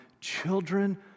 children